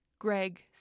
Greg